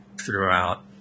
throughout